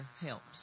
helps